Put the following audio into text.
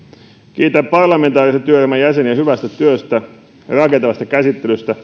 kiitän parlamentaarisen työryhmän jäseniä hyvästä työstä ja rakentavasta käsittelystä